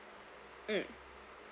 mm